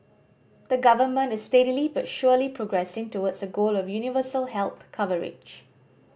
the government is steadily but surely progressing towards a goal of universal health coverage